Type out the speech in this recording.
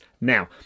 Now